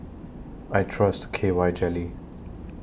I Trust K Y Jelly